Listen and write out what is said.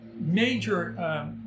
major